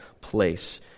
place